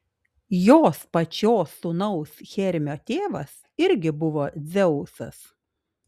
jos pačios sūnaus hermio tėvas irgi buvo dzeusas